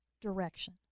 direction